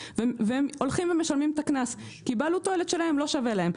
והם הולכים ומשלמים את הקנס כי בעלות תועלת שלהם לא שווה להם.